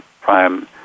prime